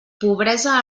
pobresa